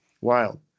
Wild